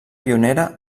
pionera